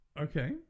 Okay